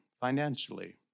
financially